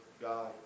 God